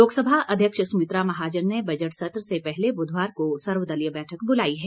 लोकसभा अध्यक्ष सुमित्रा महाजन ने बजट सत्र से पहले बुधवार को सर्वदलीय बैठक बुलाई है